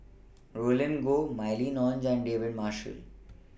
Roland Goh Mylene Ong and David Marshall